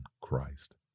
Christ